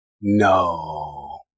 no